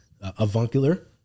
avuncular